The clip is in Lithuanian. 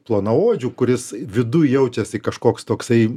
plonaodžių kuris viduj jautčiasi kažkoks toksai